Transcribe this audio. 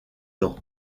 dents